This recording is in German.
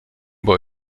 boy